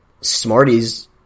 Smarties